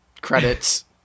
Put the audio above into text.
credits